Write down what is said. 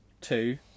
Two